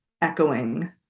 echoing